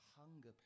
hunger